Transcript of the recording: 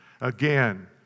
Again